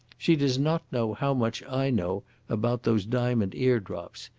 she does not know how much i know about those diamond eardrops.